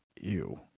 Ew